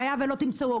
והיה ולא תמצאו,